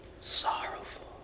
sorrowful